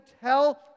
tell